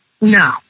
no